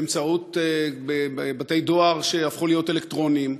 באמצעות בתי-דואר שהפכו להיות אלקטרוניים,